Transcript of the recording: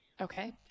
Okay